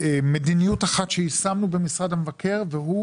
מדיניות אחת שיישמנו במשרד המבקר והיא